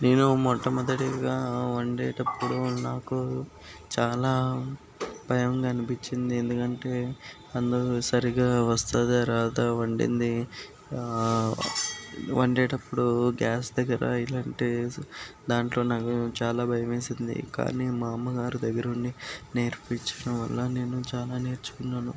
నేను మొట్టమొదటిగా వండేటప్పుడు నాకు చాలా భయంగా అనిపించింది ఎందుకంటే అందులో సరిగ్గా వస్తుందా రాదా వండింది వండేటప్పుడు గ్యాస్ దగ్గర ఇలాంటి దాంట్లో నాకు చాలా భయం వేసింది కానీ మా అమ్మగారు దగ్గర ఉంది నేర్పించడం వలన నేను చాలా నేర్చుకున్నాను